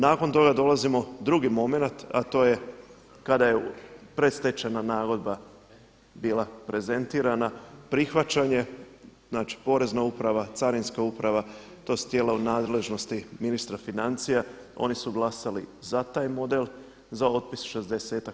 Nakon toga dolazimo drugi momenat a to je kada je predstečajna nagodba bila prezentirana prihvaćanje, znači porezna uprava, carinska uprava, to su tijela u nadležnosti ministra financija, oni su glasali za taj model, za otpis 60-ak%